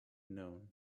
known